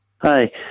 Hi